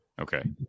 Okay